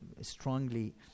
strongly